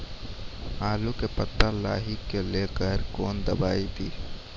आलू के पत्ता लाही के लेकर कौन दवाई दी?